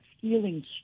feeling